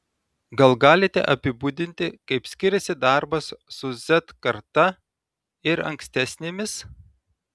gal galite apibūdinti kaip skiriasi darbas su z karta ir ankstesnėmis